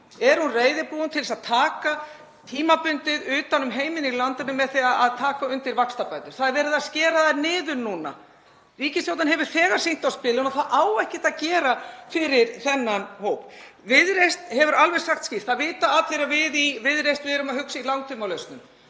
Er hún reiðubúin til þess að taka tímabundið utan um heimilin í landinu með því að taka undir vaxtabætur? Það er verið að skera þær niður núna. Ríkisstjórnin hefur þegar sýnt á spilin og það á ekkert að gera fyrir þennan hóp. Viðreisn hefur alveg sagt skýrt og það vita allir að við í Viðreisn erum að hugsa í langtímalausnum.